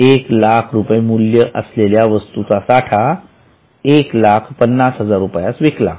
१००००० मूल्य असलेला वस्तूचा साठा १५०००० रुपयास विकला